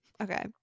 Okay